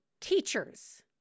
teachers